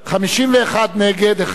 51 נגד, אחד נמנע.